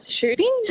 shooting